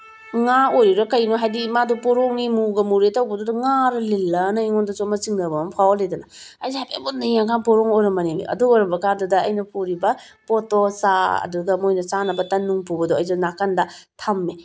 ꯉꯥ ꯑꯣꯏꯔꯤꯔ ꯀꯔꯤꯅꯣ ꯍꯥꯏꯗꯤ ꯉꯥꯗꯣ ꯄꯣꯔꯣꯝꯅꯤ ꯃꯨꯒꯥ ꯃꯨꯔꯦ ꯇꯧꯕꯗꯨꯗ ꯉꯥꯔ ꯂꯤꯟꯂꯅ ꯑꯩꯉꯣꯟꯗꯁꯨ ꯆꯤꯡꯅꯕ ꯑꯃ ꯐꯥꯎꯍꯟꯂꯦꯗꯅ ꯑꯩꯁꯦ ꯍꯥꯏꯐꯦꯠ ꯃꯨꯟꯅ ꯌꯦꯡꯉꯀꯥꯟꯗ ꯄꯣꯔꯣꯝ ꯑꯣꯏꯔꯝꯕꯅꯦꯃꯤ ꯑꯗꯨ ꯑꯣꯏꯔꯝꯕ ꯀꯥꯟꯗꯨꯗ ꯑꯩꯅ ꯄꯨꯔꯤꯕ ꯄꯣꯠꯇꯣ ꯆꯥ ꯑꯗꯨꯒ ꯃꯣꯏꯅ ꯆꯥꯅꯕ ꯇꯟ ꯅꯨꯡ ꯄꯨꯕꯗꯣ ꯑꯩꯁꯦ ꯅꯥꯀꯟꯗ ꯊꯝꯃꯦ